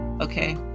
Okay